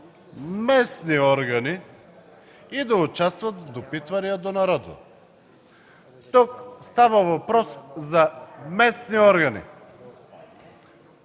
местни органи и да участват в допитвания до народа”. Тук става въпрос за местни органи.